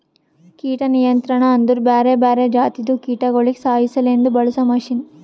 ಕೀಟ ನಿಯಂತ್ರಣ ಅಂದುರ್ ಬ್ಯಾರೆ ಬ್ಯಾರೆ ಜಾತಿದು ಕೀಟಗೊಳಿಗ್ ಸಾಯಿಸಾಸಲೆಂದ್ ಬಳಸ ಮಷೀನ್